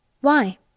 Why